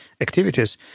activities